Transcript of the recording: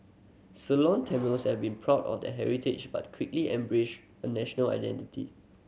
Ceylon Tamils have been proud of their heritage but quickly embraced a national identity